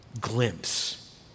glimpse